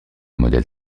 modèle